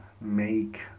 make